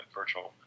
virtual